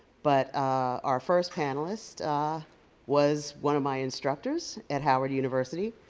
but our first panelist was one of my instructors at howard university.